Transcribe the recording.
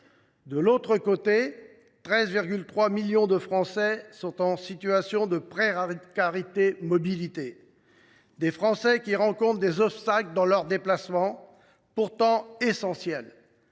de l’autre, 13,3 millions de Français sont en situation de précarité en matière de mobilité, rencontrant des obstacles dans leurs déplacements pourtant essentiels,